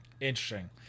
Interesting